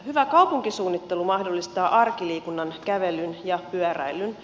hyvä kaupunkisuunnittelu mahdollistaa arkiliikunnan kävelyn ja pyöräilyn